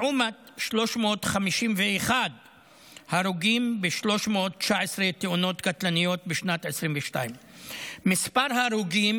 לעומת 351 הרוגים ב-319 תאונות קטלניות בשנת 2022. מספר ההרוגים